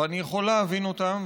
ואני יכול להבין אותם,